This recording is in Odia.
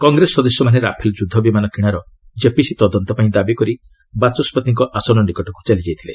କଂଗ୍ରେସ ସଦସ୍ୟମାନେ ରାଫେଲ ଯୁଦ୍ଧବିମାନ କିଶାର ଜେପିସି ତଦନ୍ତ ପାଇଁ ଦାବି କରି ବାଚସ୍କତିଙ୍କ ଆସନ ନିକଟକୁ ଚାଲିଯାଇଥିଲେ